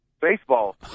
baseball